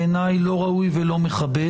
בעיניי לא ראוי ולא מכבד.